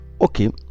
okay